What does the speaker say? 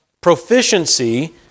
proficiency